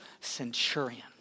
centurion